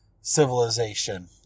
civilization